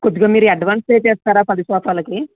కొద్దిగా మీరు advance pay చేస్తారా పది సోఫ లకి